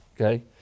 Okay